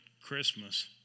Christmas